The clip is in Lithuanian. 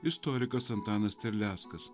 istorikas antanas terleckas